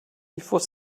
before